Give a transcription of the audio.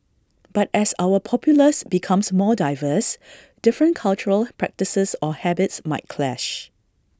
but as our populace becomes more diverse different cultural practices or habits might clash